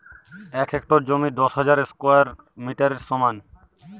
এক হেক্টর জমি দশ হাজার স্কোয়ার মিটারের সমান